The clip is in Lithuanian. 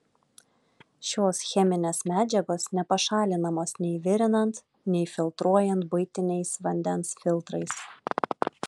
šios cheminės medžiagos nepašalinamos nei virinant nei filtruojant buitiniais vandens filtrais